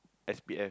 S_P_F